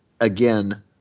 again